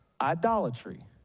idolatry